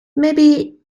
maybe